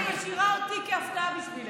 אני משאירה אותי כהפתעה בשבילך.